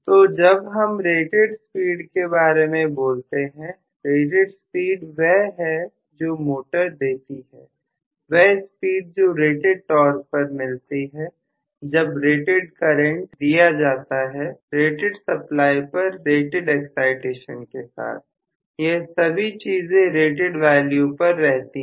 तो जब हम रेटेड स्पीड के बारे में बोलते हैं रेटेड स्पीड वह है जो मोटर देती है वह स्पीड जो रेटेड टॉर्क पर मिलती है जब रेटेड करंट लिया जाता है रेटेड सप्लाई पर रेटेड एक्साइटेशन के साथ यह सभी चीजें रेटेड वैल्यू पर रहती है